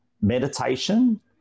meditation